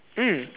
mm